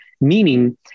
meaning